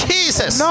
Jesus